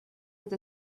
with